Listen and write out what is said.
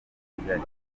kigali